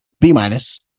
B-minus